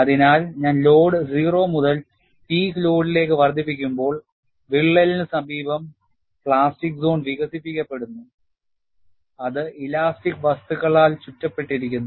അതിനാൽ ഞാൻ ലോഡ് 0 മുതൽ പീക്ക് ലോഡിലേക്ക് വർദ്ധിപ്പിക്കുമ്പോൾ വിള്ളലിന് സമീപം പ്ലാസ്റ്റിക് സോൺ വികസിപ്പിക്കപെടുന്നു അത് ഇലാസ്റ്റിക് വസ്തുക്കളാൽ ചുറ്റപ്പെട്ടിരിക്കുന്നു